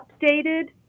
updated